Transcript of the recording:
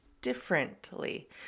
differently